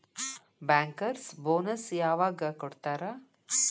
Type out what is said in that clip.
Bankers bonus ಯವಾಗ್ ಕೊಡ್ತಾರ?